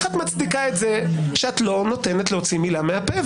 איך את מצדיקה את זה שאת לא נותנת להוציא מילה מהפה?